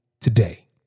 today